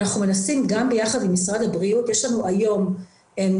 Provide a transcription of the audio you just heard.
אנחנו מנסים גם ביחד עם משרד הבריאות יש לנו היום מספר